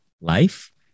life